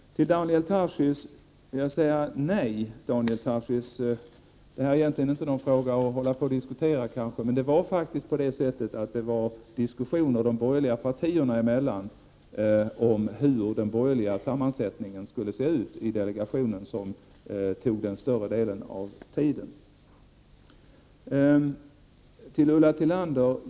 Till Daniel Tarschys vill jag säga: Nej. Det här är kanske egentligen inte en fråga att hålla på och diskutera. Det som tog upp större delen av tiden var emellertid diskussioner mellan de borgerliga partierna om hur den borgerliga sammansättningen i delegationen skulle se ut. Jag vill sedan vända mig till Ulla Tillander.